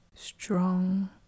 Strong